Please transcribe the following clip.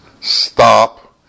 stop